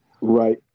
Right